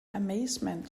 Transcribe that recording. amazement